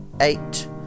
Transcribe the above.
eight